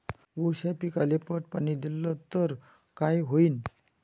ऊस या पिकाले पट पाणी देल्ल तर काय होईन?